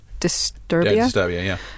Disturbia